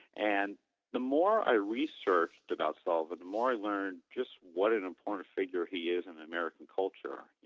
and the more i researched about sullivan, the more i learned just what an important figure he is in american culture.